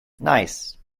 nice